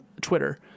twitter